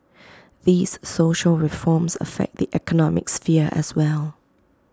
these social reforms affect the economic sphere as well